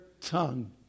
tongue